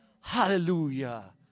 Hallelujah